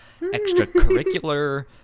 extracurricular